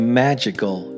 magical